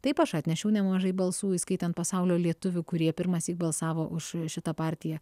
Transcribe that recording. taip aš atnešiau nemažai balsų įskaitant pasaulio lietuvių kurie pirmąsyk balsavo už šitą partiją